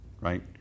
right